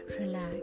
Relax